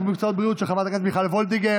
במקצועות הבריאות של חברת הכנסת מיכל וולדיגר.